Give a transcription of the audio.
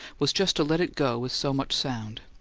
was just to let it go as so much sound.